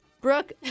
Brooke